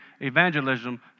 evangelism